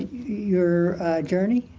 your journey?